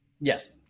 yes